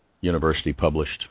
university-published